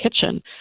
kitchen